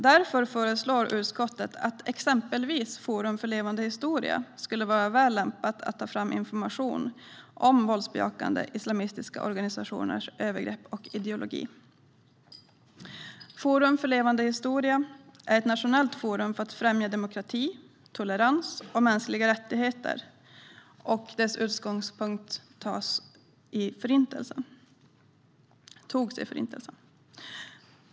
Därför föreslår utskottet exempelvis att Forum för levande historia är lämpat att ta fram information om våldsbejakande islamistiska organisationers övergrepp och ideologi. Forum för levande historia är ett nationellt forum för att främja demokrati, tolerans och mänskliga rättigheter. Utgångspunkten är Förintelsen.